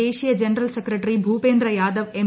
ദേശീയ general secretary Bhupendra Yadav M